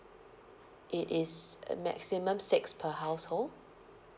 it is a maximum six per household